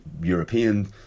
European